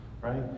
right